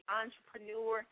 entrepreneur